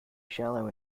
shallow